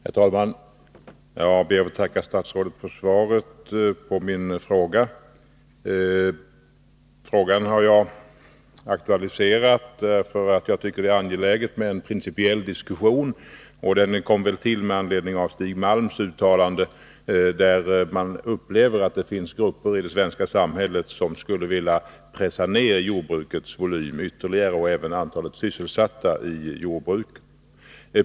Herr talman! Jag ber att få tacka statsrådet för svaret på min fråga. Jag har aktualiserat denna därför att jag tycker att det är angeläget med en principiell diskussion. Den tillkom med anledning av ett uttalande av Stig Malm som tyder på att det finns grupper i det svenska samhället som skulle vilja ytterligare pressa ned det svenska jordbrukets volym och även antalet sysselsatta i jordbruket.